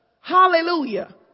Hallelujah